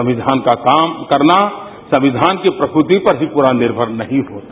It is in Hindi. संविधान का काम करना संविधान की प्रकृति पर भी पूरा निर्भर नहीं होता